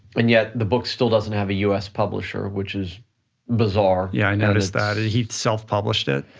and yet the book still doesn't have a us publisher, which is bizarre. yeah, i noticed that. and he'd self-published it?